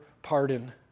pardon